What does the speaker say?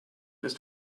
ist